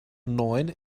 neun